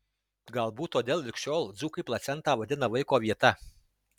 galbūt todėl lig šiol dzūkai placentą vadina vaiko vieta